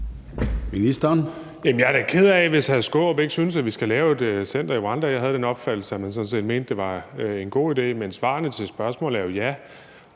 jeg er da ked af, hvis hr. Peter Skaarup ikke synes, at vi skal lave et center i Rwanda. Jeg havde den opfattelse, at man sådan set mente, det var en god idé, men svarene på spørgsmålet er jo: Ja.